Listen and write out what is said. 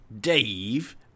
Dave